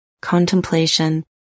contemplation